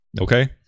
Okay